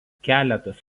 keletas